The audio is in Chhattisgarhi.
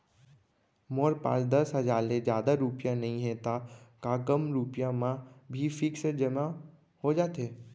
मोर पास दस हजार ले जादा रुपिया नइहे त का कम रुपिया म भी फिक्स जेमा हो जाथे?